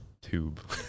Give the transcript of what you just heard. tube